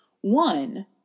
One